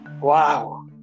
Wow